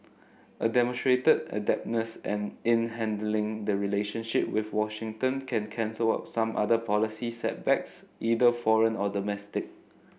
a demonstrated adeptness and in handling the relationship with Washington can cancel out some other policy setbacks either foreign or domestic